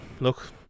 look